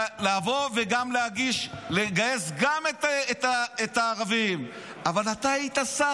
לבוא ולגייס גם את הערבים, אבל אתה היית שר.